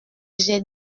j’ai